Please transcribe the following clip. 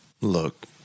Look